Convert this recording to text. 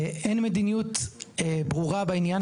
אין מדיניות ברורה בעניין.